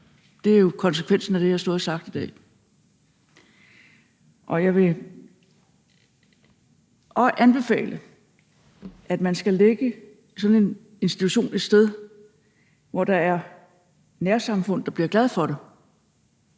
Det er jo konsekvensen af det, jeg har stået og sagt i dag, og jeg vil anbefale, at man skal lægge sådan et institution et sted, hvor der er et nærsamfund, der bliver glad for det.